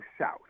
south